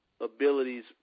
abilities